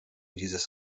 dieses